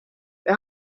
wir